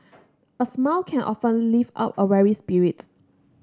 a smile can often lift up a weary spirit